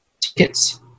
tickets